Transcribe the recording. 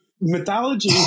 mythology